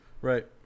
right